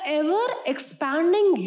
ever-expanding